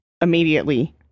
Immediately